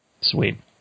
Sweet